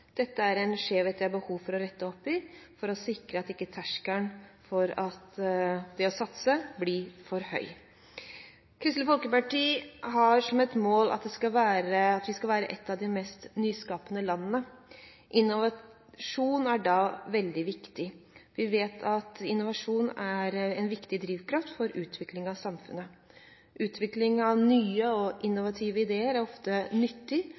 Dette er en skjevhet det er behov for rette opp i for å sikre at ikke terskelen for å satse, blir for høy. Kristelig Folkeparti har som mål at Norge skal være ett av de mest nyskapende landene. Innovasjon er da veldig viktig. Vi vet at innovasjon er en viktig drivkraft for utvikling av samfunnet. Utvikling av nye og innovative ideer er ofte nyttig